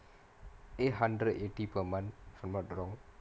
eight hundred eighty per month if I'm not wrong